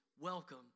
welcome